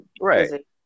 right